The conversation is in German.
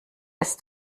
ist